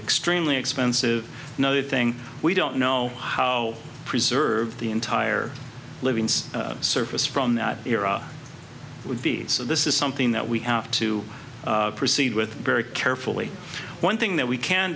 extremely expensive another thing we don't know how preserved the entire living surface from that era would be so this is something that we have to proceed with very carefully one thing that we can